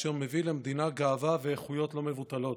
אשר מביא למדינה גאווה ואיכויות לא מבוטלות.